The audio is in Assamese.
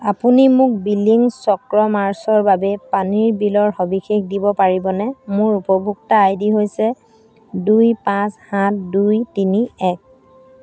আপুনি মোক বিলিং চক্ৰ মাৰ্চৰ বাবে পানীৰ বিলৰ সবিশেষ দিব পাৰিবনে মোৰ উপভোক্তা আই ডি হৈছে দুই পাঁচ সাত দুই তিনি এক